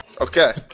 Okay